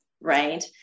right